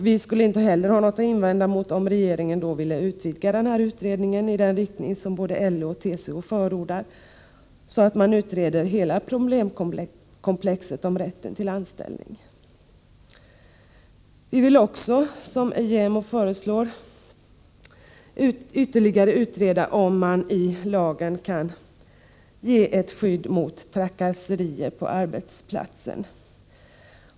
Vi skulle inte heller ha något att invända mot att regeringen utvidgade den utredning som både LO och TCO förordar till att omfatta hela problemkomplexen till rätten om anställning. Vi vill också, som JämO föreslår, ytterligare utreda om man i lagen kan ge ett skydd mot trakasserier på arbetsplatsen.